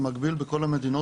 במקביל בכל המדינות,